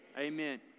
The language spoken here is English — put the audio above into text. Amen